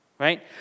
Right